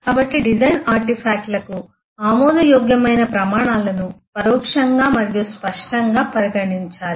కాబట్టి డిజైన్ ఆర్టిఫాక్ట్లకు ఆమోదయోగ్యమైన ప్రమాణాలను పరోక్షంగా మరియు స్పష్టంగా పరిగణించాలి